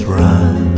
run